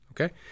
okay